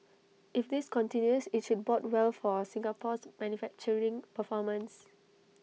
if this continues IT should bode well for Singapore's manufacturing performance